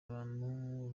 abantu